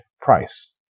price